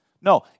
No